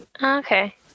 Okay